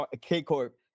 K-Corp